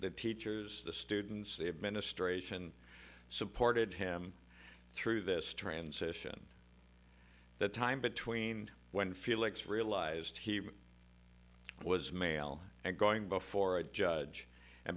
the teachers the students the administration supported him through this transition the time between when felix realized he was male and going before a judge and